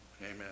Amen